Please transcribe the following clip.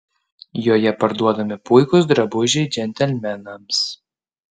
joje parduodami puikūs drabužiai džentelmenams